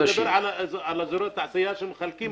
אני מדבר על אזורי תעשייה שמחלקים.